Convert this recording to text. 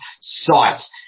sites